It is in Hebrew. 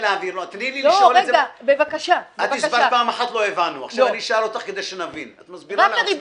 עכשיו אני אשאל כדי להבין.